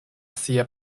sia